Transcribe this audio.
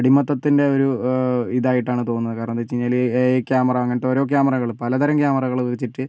അടിമത്വത്തിൻ്റെ ഒരു ഇതായിട്ടാണ് തോന്നുന്നത് കാരണം എന്താണ് വെച്ച് കഴിഞ്ഞാൽ എ ഐ ക്യാമറ അങ്ങനത്തെ ഓരോ ക്യാമറകളും പല തരം ക്യാമറകളും വെച്ചിട്ട്